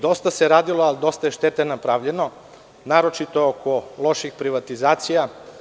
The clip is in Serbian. Dosta se radilo, ali i dosta štete je napravljeno, a naročito oko loših privatizacija.